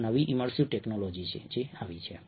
આ નવી immersive technology છે જે આવી છે